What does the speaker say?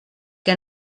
que